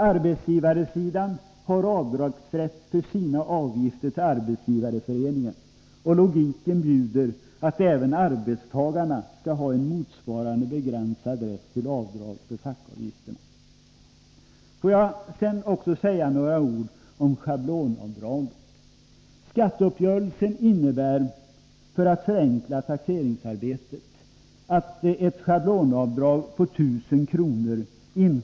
Arbetsgivarsidan har avdragsrätt för sina avgifter till Arbetsgivareföreningen, och logiken bjuder att även arbetstagarna skall ha en motsvarande begränsad rätt till avdrag för fackföreningsavgifterna. Får jag också säga några ord om schablonavdraget. Skatteuppgörelsen innebar att man, för att förenkla taxeringsarbetet, införde ett schablonavdrag på 1 000 kr.